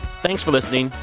thanks for listening.